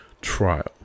trial